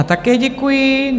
Také děkuji.